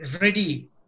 ready